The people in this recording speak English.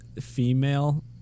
female